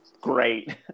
great